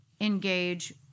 engage